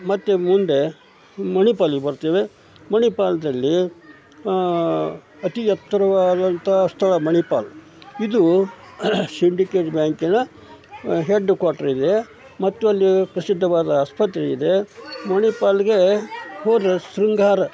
ಮತ್ತು ಮುಂದೆ ಮಣಿಪಾಲಿಗೆ ಬರ್ತೇವೆ ಮಣಿಪಾಲದಲ್ಲಿ ಅತಿ ಎತ್ತರವಾದಂಥ ಸ್ಥಳ ಮಣಿಪಾಲ ಇದು ಸಿಂಡಿಕೇಟ್ ಬ್ಯಾಂಕಿನ ಹೆಡ್ ಕ್ವಾಟರ್ ಇದೆ ಮತ್ತು ಅಲ್ಲಿ ಪ್ರಸಿದ್ದವಾದ ಆಸ್ಪತ್ರೆ ಇದೆ ಮಣಿಪಾಲಿಗೆ ಹೋದರೆ ಶೃಂಗಾರ